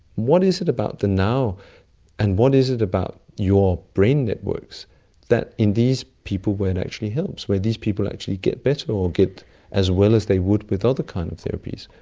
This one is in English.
what is it about the now and what is it about your brain networks that in these people where it actually helps, where these people actually get better or get as well as they would with other kind of therapies,